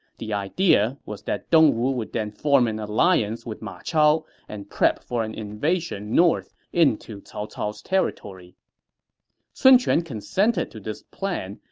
the idea was that dongwu would then form an alliance with ma chao and prep for an invasion north into cao cao's territory sun quan consented to this plan,